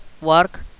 work